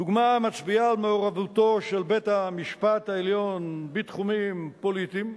דוגמה המצביעה על מעורבותו של בית-המשפט העליון בתחומים פוליטיים,